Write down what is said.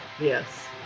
yes